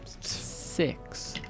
Six